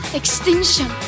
extinction